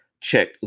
check